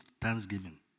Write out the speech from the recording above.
thanksgiving